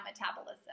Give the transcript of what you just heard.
metabolism